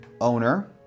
owner